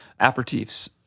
aperitifs